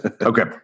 Okay